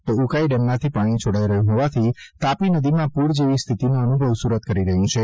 તો ઉકાઇ ડેમમાંથી પાણી છોડાઇ રહ્યું હોવાથી તાપી નદીમાં પૂર જેવી સ્થિતિનો અનુભવ સુરત કરી રહ્યું છે